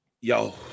yo